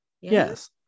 Yes